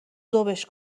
ذوبش